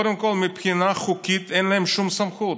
קודם כול, מבחינה חוקית אין להם שום סמכות.